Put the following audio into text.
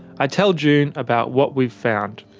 i tell june about what we've found,